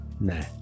Nah